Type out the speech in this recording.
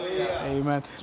Amen